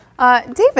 David